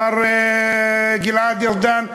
מר גלעד ארדן,